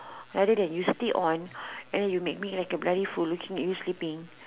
rather than you stay on and you make me like a bloody fool looking and you sleeping